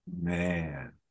Man